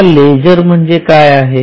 आता लेजर काय आहे